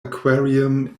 aquarium